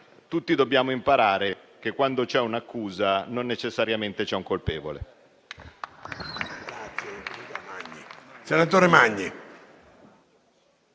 Tutti dobbiamo imparare che, quando c'è un'accusa, non necessariamente c'è un colpevole.